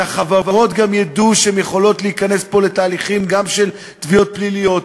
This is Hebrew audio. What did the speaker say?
שהחברות גם ידעו שהן יכולות להיכנס פה גם לתהליכים של תביעות פליליות,